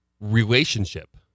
relationship